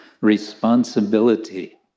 responsibility